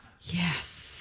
Yes